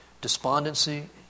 despondency